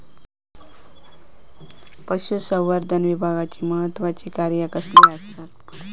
पशुसंवर्धन विभागाची महत्त्वाची कार्या कसली आसत?